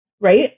right